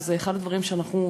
וזה אחד הדברים שהיינו